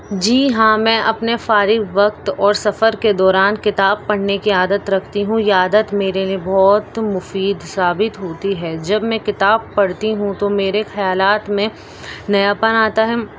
جی ہاں میں اپنے فارغ وقت اور سفر کے دوران کتاب پڑھنے کی عادت رکھتی ہوں یہ عادت میرے لیے بہت مفید ثابت ہوتی ہے جب میں کتاب پڑھتی ہوں تو میرے خیالات میں نیاپن آتا ہے